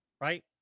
Right